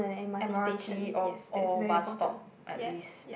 M_R_T or or bus stop at least